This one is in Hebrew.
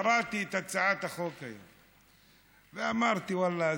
קראתי את הצעת החוק היום ואמרתי: ואללה,